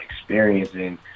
experiencing